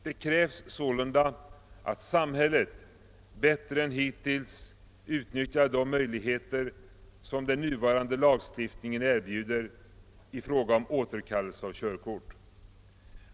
Det krävs sålunda att samhället bättre än hittills utnyttjar de möjligheter som den nuvarande lagstiftningen erbjuder i fråga om återkallelse av körkort.